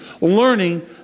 learning